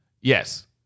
yes